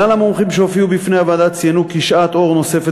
כלל המומחים שהופיעו בפני הוועדה ציינו כי שעת אור נוספת